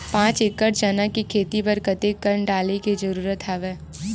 पांच एकड़ चना के खेती बर कते कन डाले के जरूरत हवय?